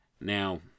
Now